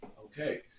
okay